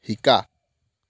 শিকা